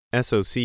SOC